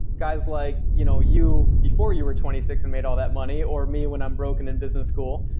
guys like you know you before you were twenty six and made all that money, or me when i'm broke and in business school,